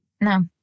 No